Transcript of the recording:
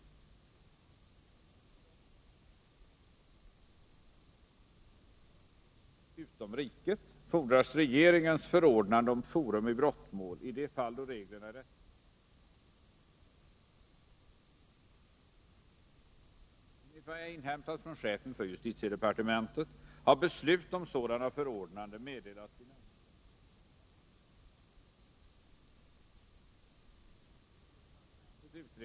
Det bör i sammanhanget nämnas att då åtalbar gärning begåtts på utländskt fartyg utom riket fordras regeringens förordnande om forum i brottmål i de fall då reglerna i rättegångsbalken inte direkt anger vid vilken domstol åtal skall väckas. Enligt vad jag inhämtat från chefen för justitiedepartementet har beslut om sådana förordnanden meddelats i närmare 100 fall sedan år 1979.